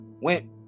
went